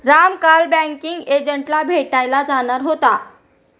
राम काल बँकिंग एजंटला भेटायला जाणार होता